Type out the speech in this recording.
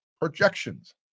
projections